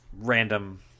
Random